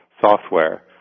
software